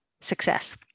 success